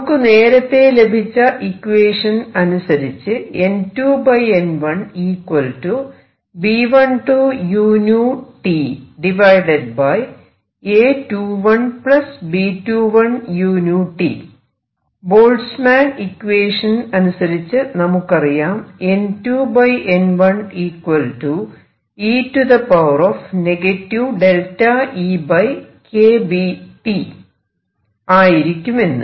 നമുക്ക് നേരത്തെ ലഭിച്ച ഇക്വേഷൻ അനുസരിച്ച് ബോൾട്സ്മാൻ ഇക്വേഷൻ അനുസരിച്ച് നമുക്കറിയാം ആയിരിക്കുമെന്ന്